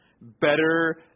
better